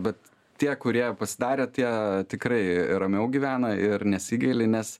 bet tie kurie pasidarę tie tikrai ramiau gyvena ir nesigaili nes